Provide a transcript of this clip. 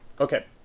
okay.